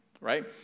right